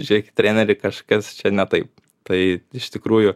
žiūrėkit treneri kažkas čia ne taip tai iš tikrųjų